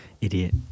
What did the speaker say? Idiot